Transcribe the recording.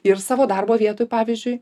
ir savo darbo vietoj pavyzdžiui